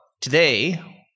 today